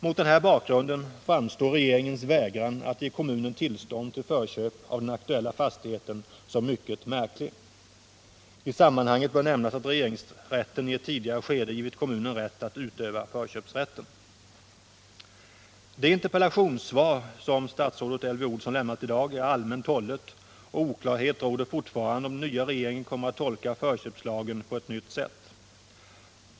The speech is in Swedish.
Mot den här bakgrunden framstår regeringens vägran att ge kommunen tillstånd till förköp av den aktuella fastigheten som mycket märklig. I sammanhanget bör nämnas att regeringsrätten i ett tidigare skede givit kommunen rätt att utöva förköpsrätten. Det interpellationssvar statsrådet Elvy Olsson lämnat i dag är allmänt hållet, och oklarhet råder fortfarande om huruvida den nya regeringen kommer att tolka förköpslagen på ett nytt sätt.